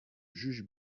juge